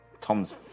Tom's